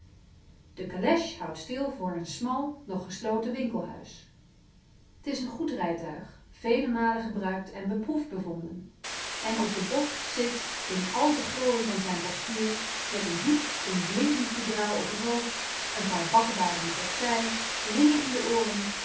de calèche houdt stil voor een smal nog gesloten winkelhuis t is een goed rijtuig veel malen gebruikt en beproefd bevonden en op den bok zit in al de glorie van zijn postuur met een hoed in blinkend foedraal op t hoofd een paar bakkebaarden op zij ringen in de ooren